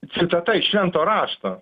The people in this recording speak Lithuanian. citata iš švento rašto